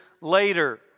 later